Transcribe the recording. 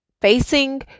facing